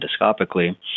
endoscopically